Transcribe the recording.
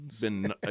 been-